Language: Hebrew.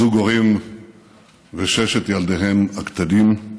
זוג הורים וששת ילדיהם הקטנים.